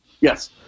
Yes